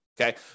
Okay